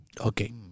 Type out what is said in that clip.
Okay